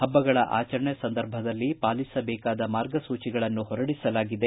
ಪಬ್ಬಗಳ ಆಚರಣೆ ಸಂದರ್ಭದಲ್ಲಿ ಪಾಲಿಸಬೇಕಾದ ಮಾರ್ಗಸೂಚಿಗಳನ್ನು ಹೊರಡಿಸಲಾಗಿದೆ